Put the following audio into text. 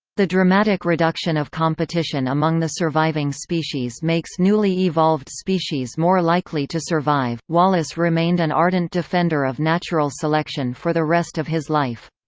the dramatic reduction of competition among the surviving species makes newly evolved species more likely to survive wallace remained an ardent defender of natural selection for the rest of his life.